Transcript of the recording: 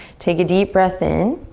take a deep breath in.